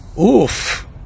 Oof